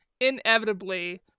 Inevitably